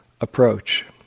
approach